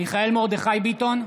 מיכאל מרדכי ביטון,